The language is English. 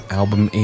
album